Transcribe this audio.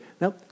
Now